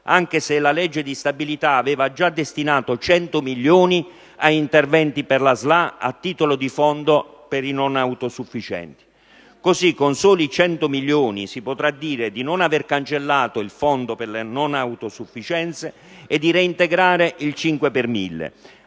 anche se la legge di stabilità aveva già destinato 100 milioni a interventi per la SLA a titolo di fondo per i non autosufficienti. Così, con soli 100 milioni di euro, si potrà dire di non avere cancellato il Fondo per le non autosufficienze e di aver reintegrato il cinque per mille,